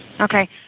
Okay